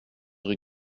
rue